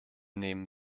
nehmen